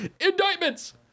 indictments